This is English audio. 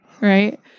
right